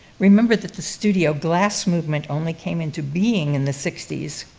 remember that the studio glass movement only came into being in the sixty s,